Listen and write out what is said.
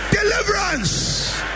Deliverance